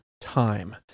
time